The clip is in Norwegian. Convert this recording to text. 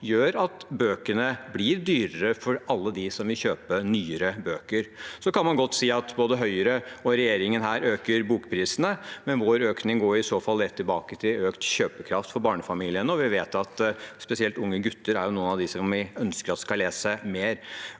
gjør at bøkene blir dyrere for alle dem som vil kjøpe nyere bøker. Så kan man godt si at både Høyre og regjeringen her øker bokprisene, men vår økning går i så fall rett tilbake til økt kjøpekraft for barnefamiliene, og vi vet at spesielt unge gutter er noen av dem vi ønsker at skal lese mer.